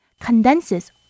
condenses